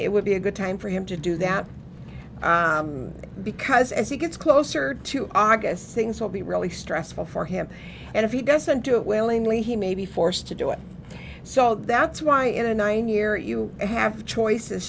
it would be a good time for him to do that because as he gets closer to august things will be really stressful for him and if he doesn't do it willingly he may be forced to do it so that's why in a nine year you have choices